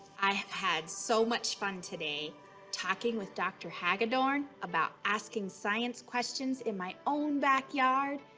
i have had so much fun today talking with dr. hagadorn about asking science questions in my own backyard,